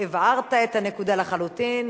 הבהרת את הנקודה לחלוטין.